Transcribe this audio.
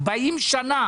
40 שנה